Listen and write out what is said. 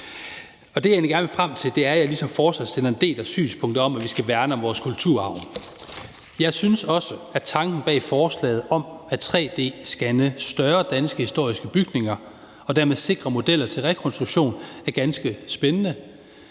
Det, jeg egentlig gerne vil frem til, er, at jeg ligesom forslagsstillerne deler synspunktet om, at vi skal værne om vores kulturarv. Jeg synes også, at tanken bag forslaget om at 3D-scanne større danske historiske bygninger og dermed sikre modeller til rekonstruktion er ganske spændende,